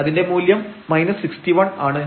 അതിന്റെ മൂല്യം 61 ആണ്